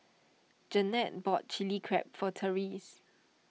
Jeanette bought Chili Crab for Terese